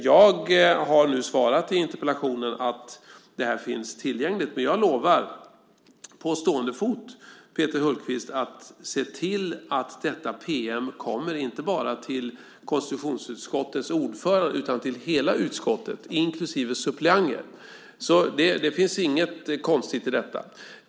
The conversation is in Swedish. Jag har nu svarat i interpellationen att det finns tillgängligt, men jag lovar på stående fot, Peter Hultqvist, att se till att detta pm kommer, inte bara till konstitutionsutskottets ordförande, utan till hela utskottet, inklusive suppleanter. Det finns inget konstigt i detta.